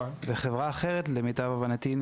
חברה אחרת למיטב הבנתי,